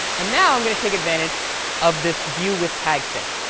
and now i'm going to take advantage of this viewwithtag thing.